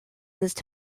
used